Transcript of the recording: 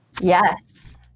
yes